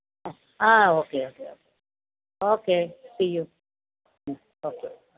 ah ah okay okay okay okay see you hmm okay